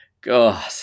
God